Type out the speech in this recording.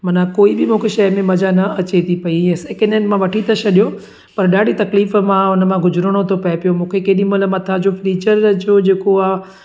माना कोई बि मूंखे शइ में मज़ा न अचे थी पेई ऐं सेकेंड हैंड मां वठी न छॾियो पर ॾाढी तकलीफ़ मां हुन मां गुज़िरणो थो पिए पियो मूंखे केॾी महिल मथां जो फ्रिजर जो जेको आहे